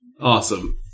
Awesome